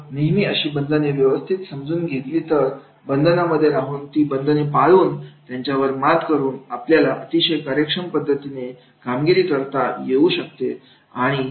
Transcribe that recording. तर नेहमी अशी बंधने व्यवस्थित समजून घेतली तर बंधनामध्ये राहून ती बंधने पाळून त्यांच्यावर मात करून आपल्याला अतिशय कार्यक्षम पद्धतीने कामगिरी करता येऊ शकते